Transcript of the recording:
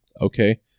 Okay